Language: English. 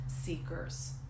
seekers